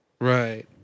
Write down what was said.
Right